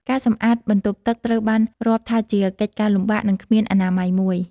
ការសម្អាតបន្ទប់ទឹកត្រូវបានរាប់ថាជាកិច្ចការលំបាក និងគ្មានអនាម័យមួយ។